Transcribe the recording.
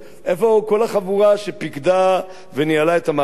איפה כל החבורה שפיקדה וניהלה את המערכה?